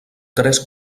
tres